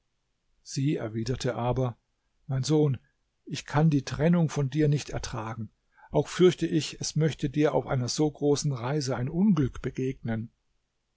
sie erwiderte aber mein sohn ich kann die trennung von dir nicht ertragen auch fürchte ich es möchte dir auf einer so großen reise ein unglück begegnen